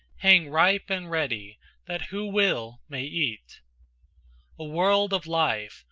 hang ripe and ready that who will may eat a world of life,